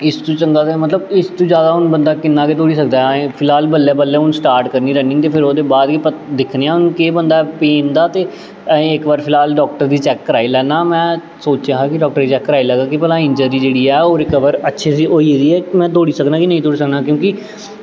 इस तो चंगा मतलब इस तो जादा हून बंदा किन्नै गै दौड़ी सकदा ऐ फिलहाल हून बल्लें बल्लें हून स्टार्ट करनी रनिंग ते फिर ओह्दे बाद दिक्खने आं केह् बनदा ऐ पेन दा ते अजें इक बार फिलहाल डाक्टर गी चेक कराई लैन्ना में सोचेआ ही कि डाक्टर गी चेक कराई लैगा कि भला इंजरी जेह्ड़ी ऐ ओह् रिकवर अच्छे से होई गेदी ऐ हून में दौड़ी सकनां कि नेईं गै दौड़ी सकनां क्योंकि